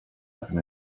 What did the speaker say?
etme